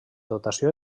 dotació